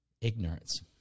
ignorance